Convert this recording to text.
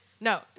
No